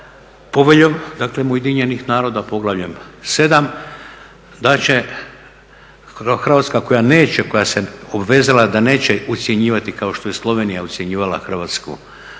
poveljom UN-a poglavljem 7., da će Hrvatska koja neće, koja se obvezala da neće ucjenjivati kao što je Slovenija ucjenjivala Hrvatsku